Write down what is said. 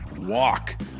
walk